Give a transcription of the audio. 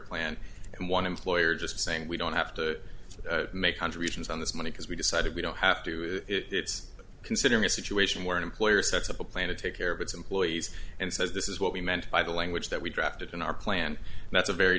plan and one employer just saying we don't have to make contributions on this money because we decided we don't have to do it it's considering a situation where an employer sets up a plan to take care of its employees and says this is what we meant by the language that we drafted in our plan that's a very